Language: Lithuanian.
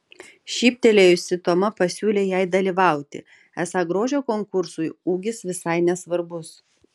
šyptelėjusi toma pasiūlė jai dalyvauti esą grožio konkursui ūgis visai nesvarbus